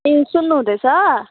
ए सुन्नुहुँदैछ